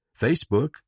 Facebook